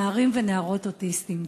נערים ונערות אוטיסטים.